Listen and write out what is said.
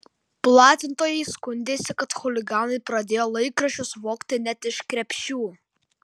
platintojai skundėsi kad chuliganai pradėjo laikraščius vogti net iš krepšių